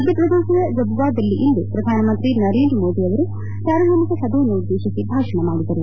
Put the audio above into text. ಮಧ್ಯಪ್ರದೇಶದ ಜಬುವಾದಲ್ಲಿಂದು ಶ್ರಧಾನಮಂತ್ರಿ ನರೇಂದ್ರ ಮೋದಿ ಅವರು ಸಾರ್ವಜನಿಕ ಸಭೆಯನ್ನುದ್ದೇತಿಸಿ ಭಾಷಣ ಮಾಡಿದರು